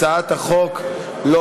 הצעת החוק לא